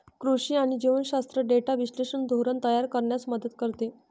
कृषी आणि जीवशास्त्र डेटा विश्लेषण धोरण तयार करण्यास मदत करते